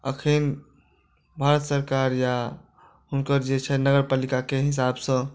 एखन भारत सरकार या हुनकर जे छनि नगर पालिकाके हिसाबसँ